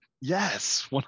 Yes